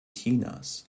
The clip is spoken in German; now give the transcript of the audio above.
chinas